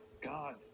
God